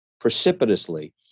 precipitously